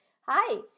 Hi